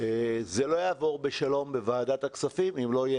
זה לא יעבור בשלום בוועדת הכספים אם לא יהיו